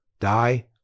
die